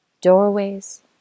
doorways